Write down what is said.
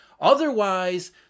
Otherwise